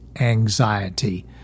anxiety